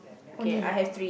only have